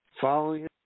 Following